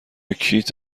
کیت